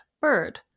bird